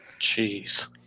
Jeez